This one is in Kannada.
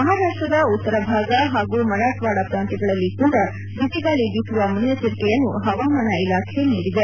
ಮಹಾರಾಷ್ಟ್ರದ ಉತ್ತರ ಭಾಗ ಹಾಗೂ ಮರಾಠ್ವಾದ ಪ್ರಾಂತ್ಯಗಳಲ್ಲಿ ಕೂಡ ಬಿಸಿಗಾಳಿ ಬೀಸುವ ಮುನ್ನೆಚ್ಚರಿಕೆಯನ್ನು ಹವಾಮಾನ ಇಲಾಖೆ ನೀದಿದೆ